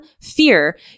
fear